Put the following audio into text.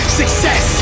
success